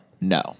No